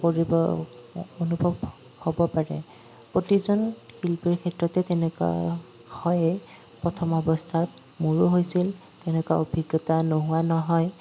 কৰিব অনুভৱ হ'ব পাৰে প্ৰতিজন শিল্পীৰ ক্ষেত্ৰতে তেনেকুৱা হয়েই প্ৰথম অৱস্থাত মোৰো হৈছিল তেনেকুৱা অভিজ্ঞতা নোহোৱা নহয়